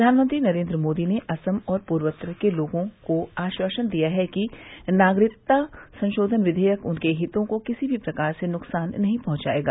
प्रधानमंत्री नरेन्द्र मोदी ने असम और पूर्वोत्तर के लोगों को आश्वासन दिया है कि नागरिकता संशोधन विघेयक उनके हितों को किसी भी प्रकार से नुकसान नहीं पहुंचाएगा